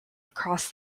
across